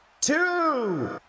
Two